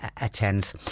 attends